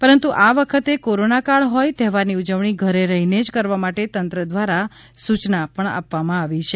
પરંતુ આ વખતે કોરોનાકાળ હોઇ તહેવારની ઉજવણી ઘરે રહીને જ કરવા માટે તંત્ર દ્વારા સૂચનાઓ અપાઈ રહી છે